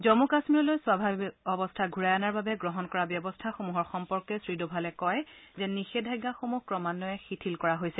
জম্মু কাশ্মীৰলৈ স্বাভাৱিক অৱস্থা ঘূৰাই অনাৰ বাবে গ্ৰহণ কৰা ব্যৱস্থাসমূহৰ সম্পৰ্কে শ্ৰী ডোভালে কয় যে নিষেধাজ্ঞাসমূহ ক্ৰমান্বয়ে শিথিল কৰা হৈছে